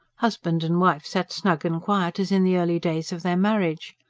husband and wife sat snug and quiet as in the early days of their marriage.